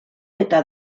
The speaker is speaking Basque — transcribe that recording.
eta